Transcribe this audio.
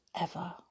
ever